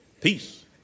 peace